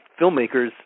filmmakers